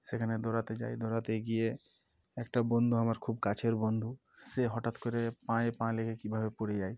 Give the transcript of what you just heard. সেখানে দৌড়াতে যাই দৌড়াতে গিয়ে একটা বন্ধু আমার খুব কাছের বন্ধু সে হঠাৎ করে পায়ে পা লেগে কীভাবে পড়ে যায়